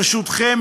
ברשותכם,